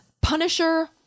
Punisher